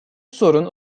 sorun